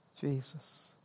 Jesus